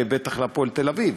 ובטח ל"הפועל תל-אביב".